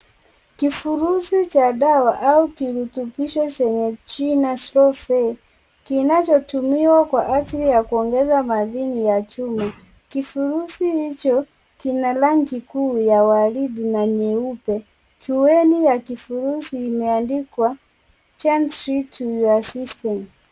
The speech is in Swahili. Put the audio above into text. Kifurushi cha dawa au kirutubisho chenye jina SlowFe kinachotumiwa kwa ajili ya kuongeza madini ya chuma. Kifurushi hicho kina rangi kuu ya waridi na nyeupe. Chuweni ya kifurushi imeandikwa gentle to your system .